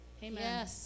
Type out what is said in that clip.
Amen